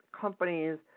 companies